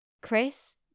Chris